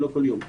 ולא כל יום.